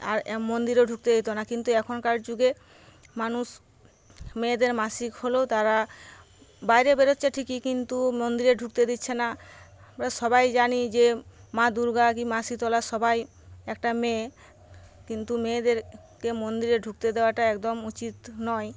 আর মন্দিরেও ঢুকতে দিত না কিন্তু এখনকার যুগে মানুষ মেয়েদের মাসিক হলেও তারা বাইরে বেরচ্ছে ঠিকই কিন্তু মন্দিরে ঢুকতে দিচ্ছে না সবাই জানি যে মা দুর্গা কি মা শীতলা সবাই একটা মেয়ে কিন্তু মেয়েদেরকে মন্দিরে ঢুকতে দেওয়াটা একদম উচিৎ নয়